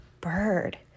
bird